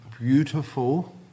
beautiful